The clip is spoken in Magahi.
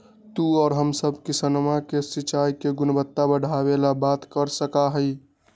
तू और हम सब किसनवन से सिंचाई के गुणवत्ता बढ़ावे ला बात कर सका ही